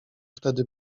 wtedy